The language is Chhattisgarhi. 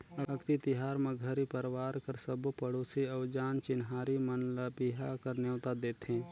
अक्ती तिहार म घरी परवार कर सबो पड़ोसी अउ जान चिन्हारी मन ल बिहा कर नेवता देथे